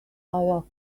our